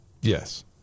Yes